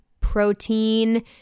protein